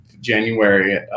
January